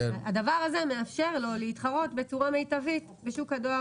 הדבר הזה מאפשר לו להתחרות בצורה מיטבית בשוק הדואר